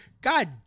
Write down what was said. God